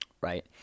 right